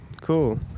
cool